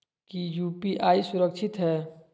की यू.पी.आई सुरक्षित है?